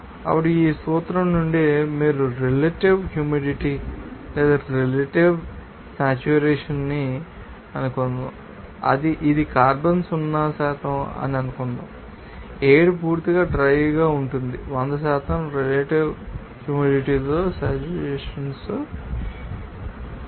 ఇప్పుడు ఈ సూత్రం నుండి మీరు రెలెటివ్ హ్యూమిడిటీ లేదా రెలెటివ్ సేట్యురేషన్ ిని అనుకుందాం ఇది కార్బన్ సున్నా శాతం అని అర్ధం ఎయిర్ పూర్తిగా డ్రై గా ఉంటుంది 100 రెలెటివ్ హ్యూమిడిటీతో సేట్యురేషన్ మవుతుంది